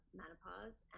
menopause